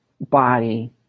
body